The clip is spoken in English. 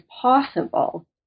possible